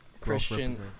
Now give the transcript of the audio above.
Christian